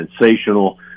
sensational